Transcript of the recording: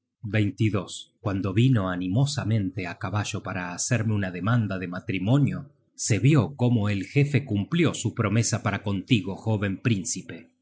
peligro cuando vino animosamente á caballo para hacerme una demanda de matrimonio se vió cómo el jefe cumplió su promesa para contigo jóven príncipe